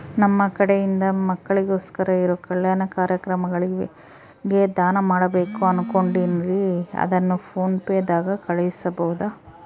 ನಮ್ಮ ಕಡೆಯಿಂದ ಮಕ್ಕಳಿಗೋಸ್ಕರ ಇರೋ ಕಲ್ಯಾಣ ಕಾರ್ಯಕ್ರಮಗಳಿಗೆ ದಾನ ಮಾಡಬೇಕು ಅನುಕೊಂಡಿನ್ರೇ ಅದನ್ನು ಪೋನ್ ಪೇ ದಾಗ ಕಳುಹಿಸಬಹುದಾ?